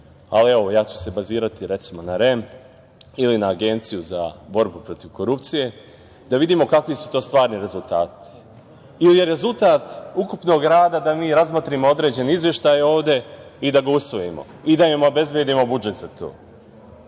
ali evo, ja ću se bazirati, recimo, na REM ili na Agenciju za borbu protiv korupcije, da vidimo kakvi su to stvarni rezultati ili je rezultat ukupnog rada da mi razmotrimo određene izveštaje ovde i da ga usvojimo i da im obezbedimo budžet